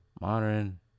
modern